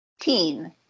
Teen